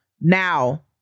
now